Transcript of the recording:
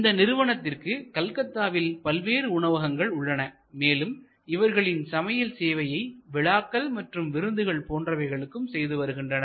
இந்த நிறுவனத்திற்கு கல்கத்தாவில் பல்வேறு உணவகங்கள் உள்ளன மேலும் இவர்களின் சமையல் சேவையை விழாக்கள் மற்றும் விருந்துகள் போன்றவைகளுக்கும் செய்து வருகின்றனர்